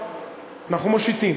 אנחנו מושיטים.